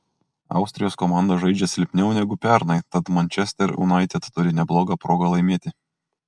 austrijos komanda žaidžia silpniau negu pernai tad manchester united turi neblogą progą laimėti